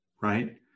Right